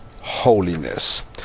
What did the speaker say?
holiness